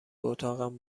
اتاقم